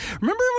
Remember